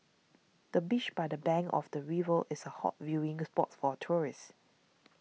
the bench by the bank of the river is a hot viewing spot for tourists